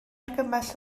argymell